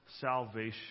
salvation